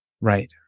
Right